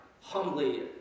humbly